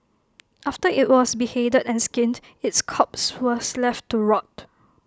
after IT was beheaded and skinned its corpse was left to rot